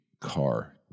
car